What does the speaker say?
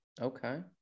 okay